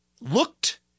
looked